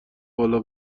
بالا